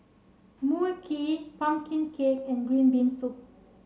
Mui Kee pumpkin cake and green bean soup